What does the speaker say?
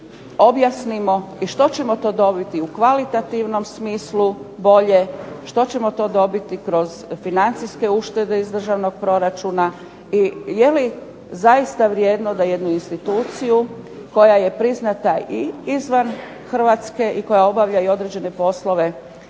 objasnimo i što ćemo to dobiti u kvalitativnom smislu bolje, što ćemo to dobiti kroz financijske uštede iz državnog proračuna i je li zaista vrijedno da jednu instituciju koja je priznata i izvan Hrvatske i koja obavlja i određene poslove